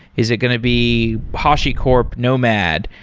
is it going to be hashicorp nomad?